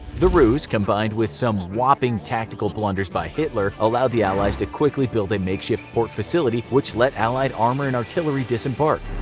ruse, combined with some whopping tactical blunders by hitler, allowed the allies to quickly build a makeshift port facility which let allied armor and artillery disembark.